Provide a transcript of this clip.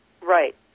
Right